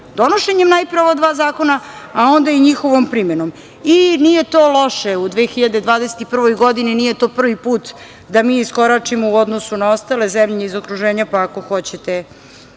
donošenjem najpre ova dva zakona, a onda i njihovom primenom. Nije to loše. U 2021. godini nije to prvi put da mi iskoračimo u odnosu na ostale zemlje iz okruženja, pa ako hoćete